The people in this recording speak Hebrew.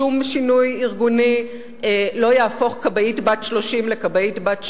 שום שינוי ארגוני לא יהפוך כבאית בת 30 לכבאית בת שנה,